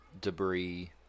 debris